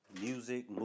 music